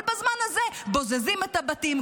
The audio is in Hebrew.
אבל בזמן הזה בוזזים את הבתים,